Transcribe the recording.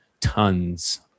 tons